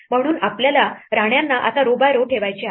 म्हणून आपल्याला राण्यांना आता row by row ठेवायचे आहे